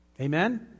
Amen